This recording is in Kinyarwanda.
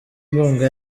inkunga